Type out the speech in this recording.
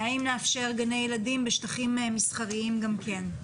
אם לאפשר גני ילדים בשטחים מסחריים גם כן.